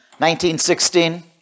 1916